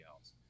else